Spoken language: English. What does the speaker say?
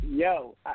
Yo